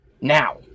Now